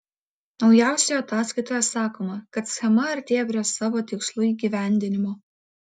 naujausioje ataskaitoje sakoma kad schema artėja prie savo tikslų įgyvendinimo